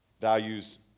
values